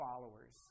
followers